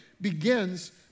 begins